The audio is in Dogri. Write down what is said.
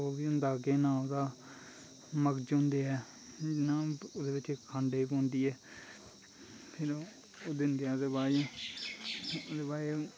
होर बी होंदा केह् नां ओह्दा मग्ज होंदे ऐ ओह्दे बिच्च खंड पौंदी ऐ ओह् दिंदे ऐ ओह्ॅदै बाद च